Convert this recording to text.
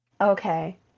Okay